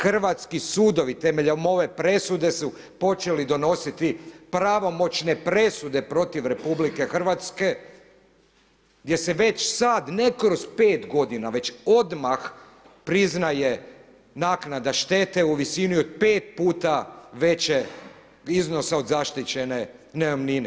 Hrvatski sudovi temeljem ove presude su počeli donositi pravomoćne presude protiv RH gdje se već sada, ne kroz pet godina, već odmah priznaje naknada štete u visini od pet puta većeg iznosa od zaštićene najamnine.